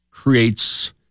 creates